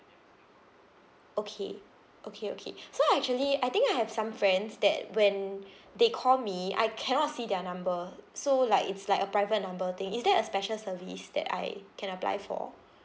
okay okay okay so actually I think I have some friends that when they call me I cannot see their number so like it's like a private number thing is that a special service that I can apply for